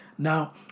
Now